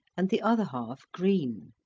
and the other half green.